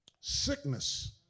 Sickness